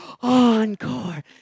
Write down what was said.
encore